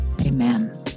Amen